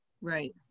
right